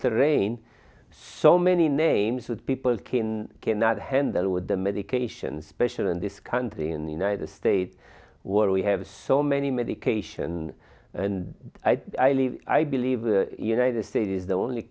r rain so many names that people can cannot handle with the medications special in this country in the united states where we have so many medication and i believe i believe the united states is the only